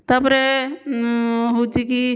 ତା'ପରେ ହେଉଛି କି